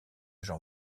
jean